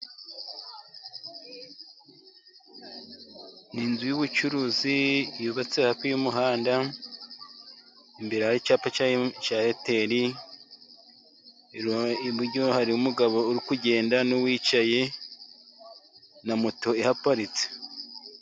Ni inzu y'ubucuruzi yubatse hafi y'umuhanda, imbere hari icyapa cya eyateri, iburyo hariho umugabo uri kugenda n'uwicaye na moto ihaparitse.